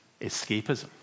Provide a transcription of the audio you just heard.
escapism